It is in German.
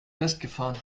festgefahren